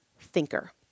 thinker